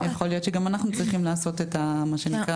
יכול להיות שגם אנחנו צריכים לעשות מה שנקרא